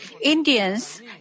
Indians